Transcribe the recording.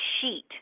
sheet